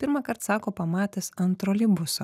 pirmą kart sako pamatęs ant troleibuso